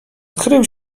skrył